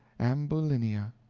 ambulinia.